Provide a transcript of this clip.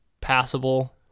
passable